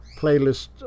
playlist